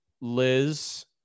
Liz